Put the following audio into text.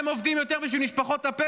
נכון מאוד.